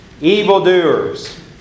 evildoers